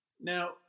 Now